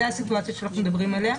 זו הסיטואציה שאנחנו מדברים עליה.